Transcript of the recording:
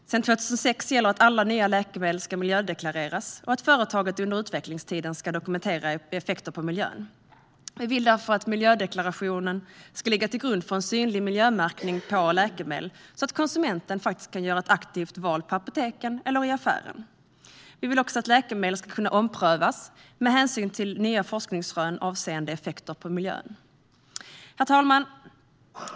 Sedan 2006 gäller att alla nya läkemedel ska miljödeklareras och att företaget under utvecklingstiden ska dokumentera effekter på miljön. Vi vill därför att miljödeklarationen ska ligga till grund för en synlig miljömärkning på läkemedel, så att konsumenten kan göra ett aktivt val på apoteket eller i affären. Vi vill också att läkemedel ska kunna omprövas med hänsyn till nya forskningsrön avseende effekter på miljön. Herr talman!